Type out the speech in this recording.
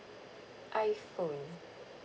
iphone